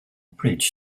bridge